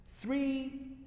three